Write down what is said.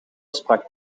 sprak